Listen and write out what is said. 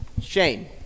Shane